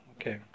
Okay